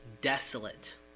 desolate